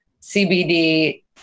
CBD